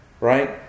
right